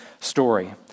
story